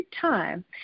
time